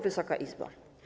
Wysoka Izbo!